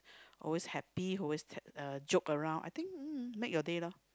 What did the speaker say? always happy always tell uh joke around I think make you day loh